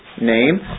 name